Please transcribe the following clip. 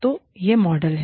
तो यह मॉडल है